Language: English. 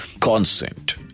consent